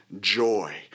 joy